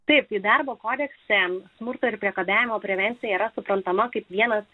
taip į darbo kodeksą smurto ir priekabiavimo prevencija yra suprantama kaip vienas